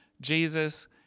Jesus